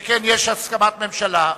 שכן יש הסכמת ממשלה.